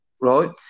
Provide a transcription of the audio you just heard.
right